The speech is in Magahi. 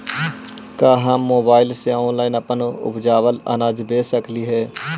का हम मोबाईल से ऑनलाइन अपन उपजावल अनाज बेच सकली हे?